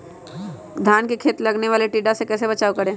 धान के खेत मे लगने वाले टिड्डा से कैसे बचाओ करें?